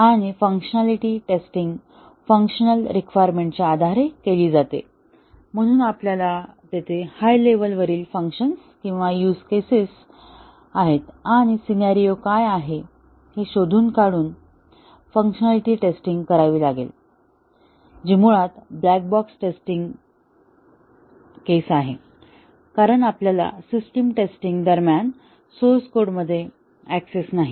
आणि functionality testing functional रिक्वायरमेंटच्या आधारे केली जाते म्हणून आपल्याला तेथे हाय लेव्हल वरील फंक्शन्स किंवा ह्यूज केसेस काय आहेत आणि सिनॅरिओ काय आहे हे शोधून काढून फंक्शनॅलिटी टेस्टिंग करावी लागेल जी मुळात ब्लॅक बॉक्स टेस्टिंग केस आहे कारण आपल्याला सिस्टम टेस्टिंग दरम्यान सोर्स कोडमध्ये ऍक्सेस नाही